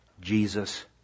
Jesus